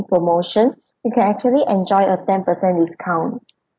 promotion you can actually enjoy a ten percent discount